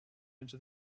into